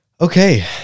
okay